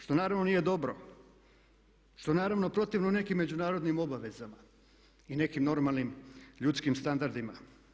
Što naravno nije dobro, što je naravno protivno nekim međunarodnim obvezama i nekim normalnim ljudskim standardima.